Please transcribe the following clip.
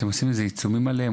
אתם עושים איזה עיצומים עליהם,